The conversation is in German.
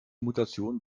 mutation